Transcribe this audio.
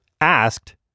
asked